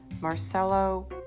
Marcelo